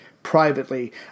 Privately